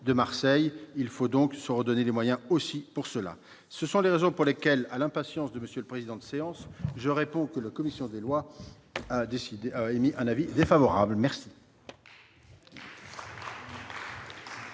de Marseille, il faut donc se redonner des moyens aussi pour cela, ce sont les raisons pour lesquelles à l'impatience de monsieur le président de séance, je réponds que le commission des lois a décidé, a émis un avis défavorable, merci.